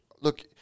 look